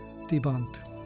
debunked